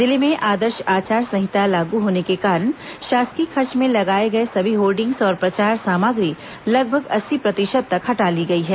जिले में आदर्श आचार संहिता लागू होने के कारण शासकीय खर्च में लगाए गए सभी होर्डिंग्स और प्रचार सामग्री लगभग अस्सी प्रतिशत तक हटा ली गई है